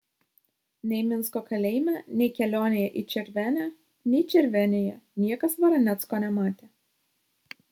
nei minsko kalėjime nei kelionėje į červenę nei červenėje niekas varanecko nematė